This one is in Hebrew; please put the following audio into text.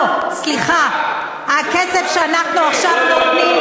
ובזכות הסכם המימון,